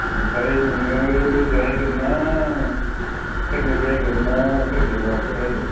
ओमफ्राय नोङो लोगोजों फैगोन ना फेमिलि फैगोन ना सोरजोंबाफोर फैगोन